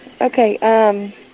Okay